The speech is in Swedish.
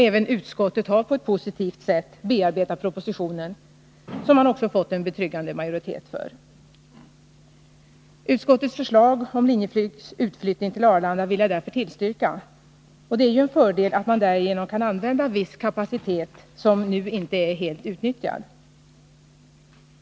Även utskottet har på ett positivt sätt bearbetat propositionen, som man också fått en betryggande majoritet för. Utskottets förslag om Linjeflygs utflyttning till Arlanda vill jag därför tillstyrka. Det är ju en fördel att man därigenom kan använda viss kapacitet som nu inte är helt utnyttjad.